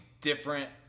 different